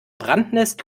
brandnest